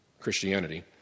Christianity